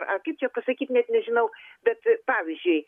ar kaip čia pasakyt net nežinau bet pavyzdžiui